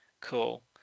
cool